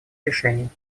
решений